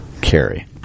carry